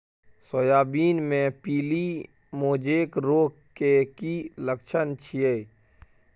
Soybean मे पीली mosaic रोग के की लक्षण छीये?